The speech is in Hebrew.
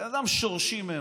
בן אדם שורשי מאוד.